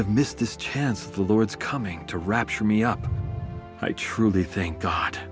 have missed this chance the lord's coming to rapture me up i truly think god